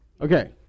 Okay